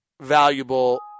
valuable